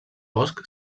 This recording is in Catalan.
bosch